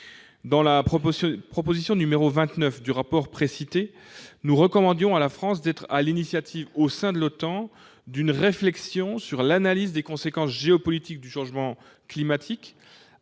Dans la proposition n° 29 du rapport précité, nous recommandions à la France d'être, au sein de l'OTAN, à l'initiative d'une réflexion sur l'analyse des conséquences géopolitiques du changement climatique,